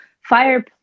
fire